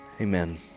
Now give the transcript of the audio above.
Amen